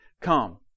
come